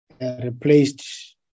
replaced